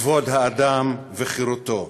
כבוד האדם וחירותו.